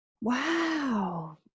wow